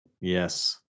Yes